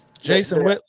Jason